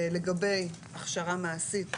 לגבי הכשרה מעשית,